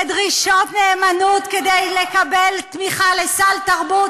בדרישות נאמנות כדי לקבל תמיכה לסל תרבות,